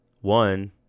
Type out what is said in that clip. one